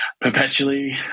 Perpetually